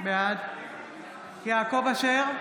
בעד יעקב אשר,